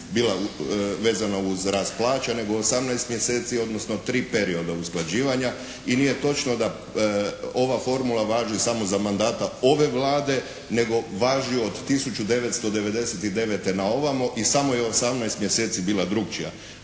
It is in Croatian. bila vezana uz rast plaća nego 18 mjeseci odnosno tri perioda usklađivanja i nije točno da ova formula važi samo za mandata ove Vlade nego važi od 1999. naovamo i samo je 18 mjeseci bila drukčija.